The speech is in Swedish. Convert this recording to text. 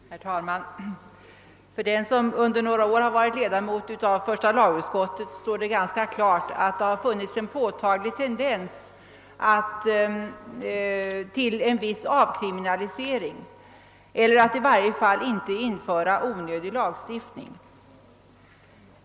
Herr talman! För den som under några år varit ledamot av första lagutskottet står det ganska klart att det på senare tid funnits en påtaglig tendens till en viss avkriminalisering eller i varje fall till att inte införa onödig lagstiftning.